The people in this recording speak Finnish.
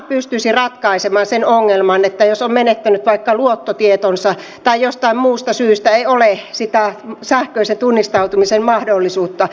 tämä pystyisi ratkaisemaan sen ongelman jos on menettänyt vaikka luottotietonsa tai jostain muusta syystä ei ole sitä sähköisen tunnistautumisen mahdollisuutta